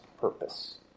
purpose